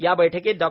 या बैठकीत डॉ